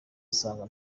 asanga